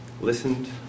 listened